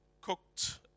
cooked